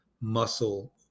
muscle